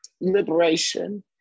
liberation